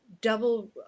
double